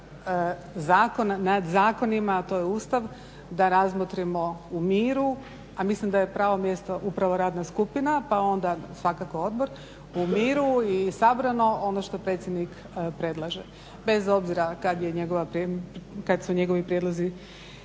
zakon nad zakonima, a to je Ustav, da razmotrimo u miru. A mislim da je pravo mjesto upravo radna skupina pa onda svakako odbor, u miru i sabrano ono što predsjednik predlaže. Bez obzira kad su njegovi prijedlozi stigli.